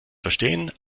verstehen